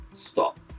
stop